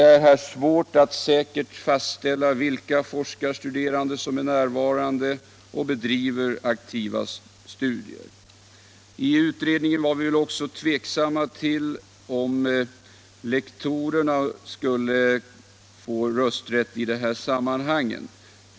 Det är svårt att säkert — ganisationen inom fastställa vilka forskarstuderande som är närvarande och bedriver aktiva — utbildningsdepartestudier. mentet I utredningen var vi väl också tveksamma till om lektorerna skulle få rösträtt i dessa sammanhang.